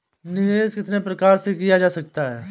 निवेश कितनी प्रकार से किया जा सकता है?